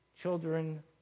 children